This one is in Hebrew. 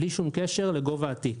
בלי שום קשר לגובה התיק.